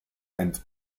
and